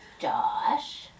Josh